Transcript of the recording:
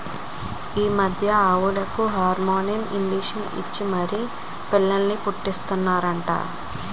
ఈ మధ్య ఆవులకు హార్మోన్ ఇంజషన్ ఇచ్చి మరీ పిల్లల్ని పుట్టీస్తన్నారట